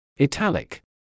Italic